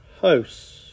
house